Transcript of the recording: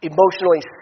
Emotionally